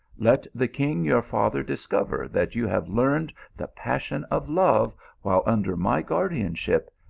let the king your father discover that you have learned the pas sion of love while under my guardianship,